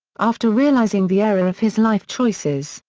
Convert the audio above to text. after realising the error of his life choices,